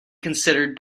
considered